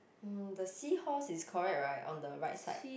mm the seahorse is correct right on the right side